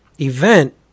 event